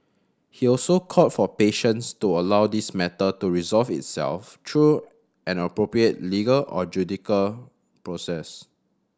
he also called for patience to allow this matter to resolve itself through an appropriate legal or judicial process